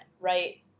right